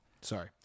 sorry